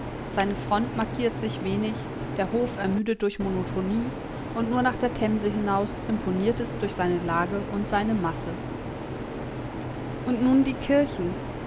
seine front markiert sich wenig der hof ermüdet durch monotonie und nur nach der themse hinaus imponiert es durch seine lage und seine masse und nun die kirchen